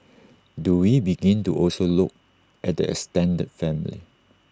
do we begin to also look at the extended family